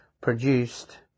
produced